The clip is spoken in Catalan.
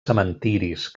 cementiris